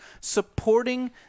supporting